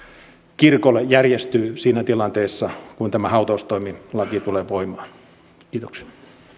kirkolle järjestyy siinä tilanteessa kun tämä hautaustoimilaki tulee voimaan kiitoksia